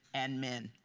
and men.